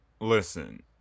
listen